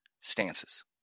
stances